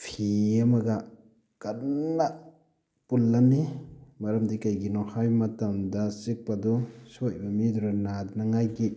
ꯐꯤ ꯑꯃꯒ ꯀꯟꯅ ꯄꯨꯜꯂꯅꯤ ꯃꯔꯝꯗꯤ ꯀꯩꯒꯤꯅꯣ ꯍꯥꯏꯕ ꯃꯇꯝꯗ ꯆꯤꯛꯄꯗꯨ ꯁꯣꯛꯏꯕ ꯃꯤꯗꯨꯅ ꯅꯥꯗꯅꯉꯥꯏꯒꯤ